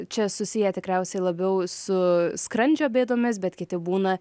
čia susiję tikriausiai labiau su skrandžio bėdomis bet kiti būna